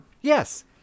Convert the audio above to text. yes